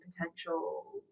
potential